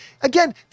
again